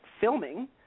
filming